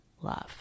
love